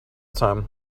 time